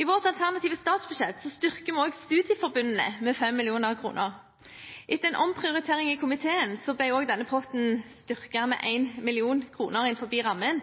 I vårt alternative statsbudsjett styrket vi også studieforbundene med 5 mill. kr. Etter en omprioritering i komiteen ble denne potten styrket med 1 mill. kr innenfor rammen.